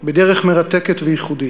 בדרך מרתקת וייחודית.